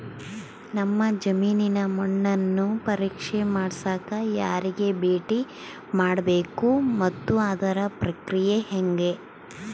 ನಮ್ಮ ಜಮೇನಿನ ಮಣ್ಣನ್ನು ಪರೇಕ್ಷೆ ಮಾಡ್ಸಕ ಯಾರಿಗೆ ಭೇಟಿ ಮಾಡಬೇಕು ಮತ್ತು ಅದರ ಪ್ರಕ್ರಿಯೆ ಹೆಂಗೆ?